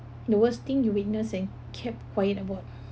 the worst thing you witness and kept quiet about